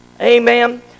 Amen